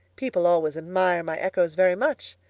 people always admire my echoes very much,